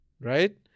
right